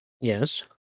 Yes